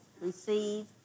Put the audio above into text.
Receive